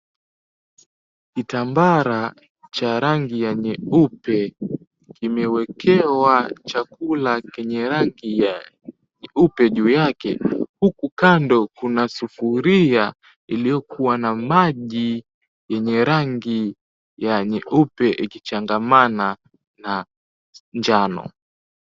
Kitambara cha rangi ya nyeupe imewekewa chakula kenye rangi ya nyeupe juu yake huku kando kuna sufuria iliyokuwa na maji yenye rangi ya nyeupe ikichangamana na njano.